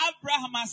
Abraham